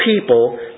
people